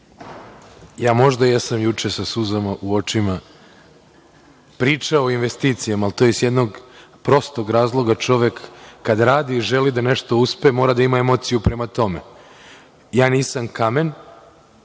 ja možda jesam juče sa suzama u očima pričao o investicijama, i to iz jednog prostog razloga. Čovek kada radi i želi da nešto uspe mora da ima emociju prema tome. Ja nisam kamen,